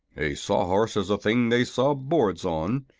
a sawhorse is a thing they saw boards on,